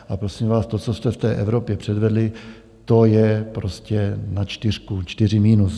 A prosím vás, to, co jste v té Evropě předvedli, to je prostě na čtyřku, čtyři minus.